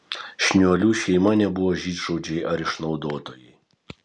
šniuolių šeima nebuvo žydšaudžiai ar išnaudotojai